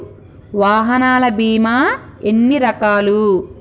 వాహనాల బీమా ఎన్ని రకాలు?